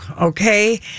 okay